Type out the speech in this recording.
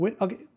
okay